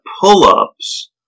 pull-ups